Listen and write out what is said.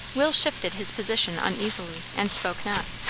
will shifted his position uneasily and spoke not.